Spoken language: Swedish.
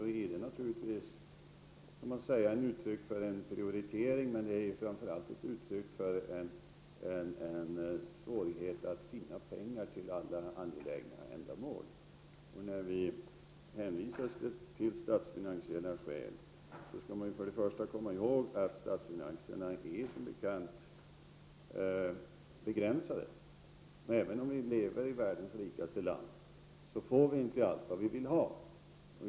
Det är naturligtvis ett uttryck för en prioritering, men det är framför allt ett uttryck för svårigheten att finna pengar till alla angelägna ändamål. När vi hänvisar till statsfinansiella skäl skall man först och främst komma ihåg att statsfinanserna är begränsade. Även om vi lever i världens rikaste land, får vi inte allt vad vi vill ha.